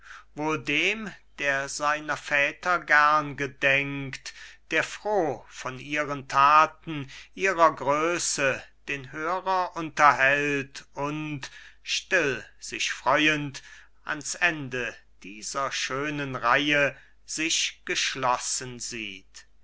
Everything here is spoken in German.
wohl dem der seiner väter gern gedenkt der froh von ihren thaten ihrer größe den hörer unterhält und still sich freuend an's ende dieser schönen reihe sich geschlossen sieht